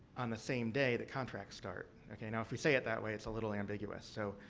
on the same day that contracts start. okay? now, if we say it that way, it's a little ambiguous. so,